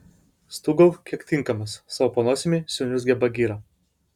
stūgauk kiek tinkamas sau po nosimi suniurzgė bagira